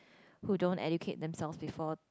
who don't educate themselves before